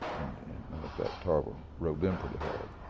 and matter of fact, tarver rode them pretty hard.